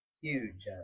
huge